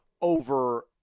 over